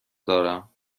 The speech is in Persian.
دارم